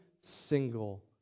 single